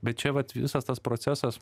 bet čia vat visas tas procesas